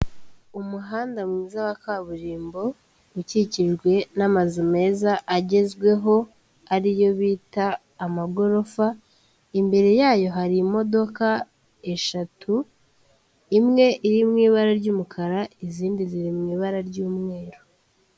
Umuhanda mwiza wa kaburimbo, ukikijwe n'amazu meza agezweho ari yo bita amagorofa, imbere yayo hari imodoka eshatu, imwe iri mu ibara ry'umukara, izindi ziri mu ibara ry'umweru.